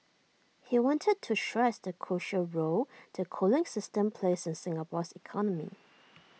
he wanted to stress the crucial role the cooling system plays in Singapore's economy